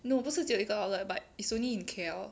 no 不是只有一个 outlet but it's only in K_L